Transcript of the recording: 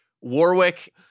Warwick